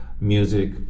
music